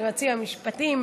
ליועצים המשפטיים,